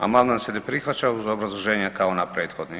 Amandman se ne prihvaća uz obrazloženje kao na prethodni.